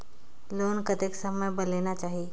Loan कतेक समय बर लेना चाही?